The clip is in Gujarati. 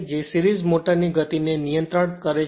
જે સિરીજમોટરની ગતિને નિયંત્રિત કરે છે